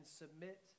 submit